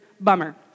bummer